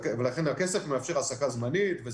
ולכן הכסף מאפשר העסקה זמנית,